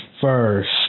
first